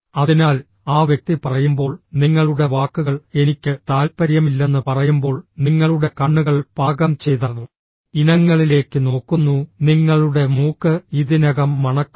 അതിനാൽ ആ വ്യക്തി പറയുമ്പോൾ നിങ്ങളുടെ വാക്കുകൾ എനിക്ക് താൽപ്പര്യമില്ലെന്ന് പറയുമ്പോൾ നിങ്ങളുടെ കണ്ണുകൾ പാകം ചെയ്ത ഇനങ്ങളിലേക്ക് നോക്കുന്നു നിങ്ങളുടെ മൂക്ക് ഇതിനകം മണക്കുന്നു